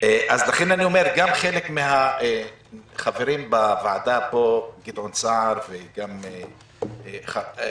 גם חלק מהחברים בוועדה פה, גדעון סער ואחרים,